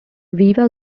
viva